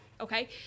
okay